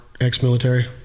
ex-military